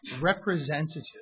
representative